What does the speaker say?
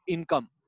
Income